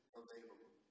available